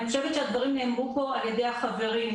אני חושבת שהדברים נאמרו פה על ידי החברים.